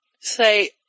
say